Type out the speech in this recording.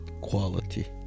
quality